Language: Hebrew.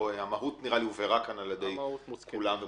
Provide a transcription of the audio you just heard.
המהות מוסכמת והובהרה.